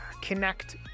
connect